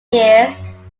years